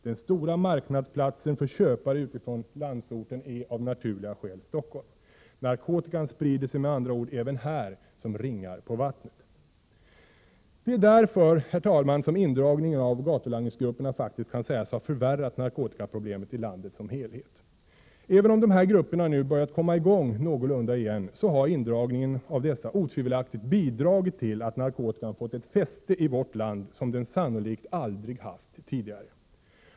Den stora marknadsplatsen för köpare utifrån landsorten är av naturliga skäl Stockholm. Narkotikan sprider sig med andra ord även här såsom ringar på vattnet. Det är därför som indragningen av gatulangningsgrupperna faktiskt kan sägas ha förvärrat narkotikaproblemet i landet som helhet. Även om de här grupperna nu börjat komma i gång någorlunda igen, har indragningen av dessa otvivelaktigt bidragit till att narkotikan fått ett fäste i vårt land som den sannolikt aldrig haft tidigare.